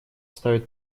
ставит